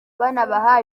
banabaha